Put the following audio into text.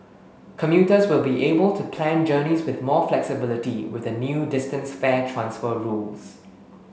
commuters will be able to plan journeys with more flexibility with the new distance fare transfer rules